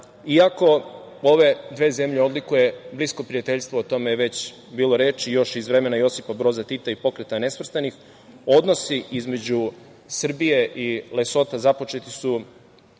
ove dve zemlje odlikuje blisko prijateljstvo, o tome je već bilo reči, još iz vremena Josipa Broza Tita i Pokreta nesvrstanih, odnosi između Srbije i Lesota započeti su